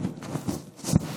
בבקשה.